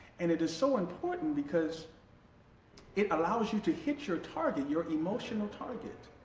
and it is so important because it allows you to hit your target, your emotional target.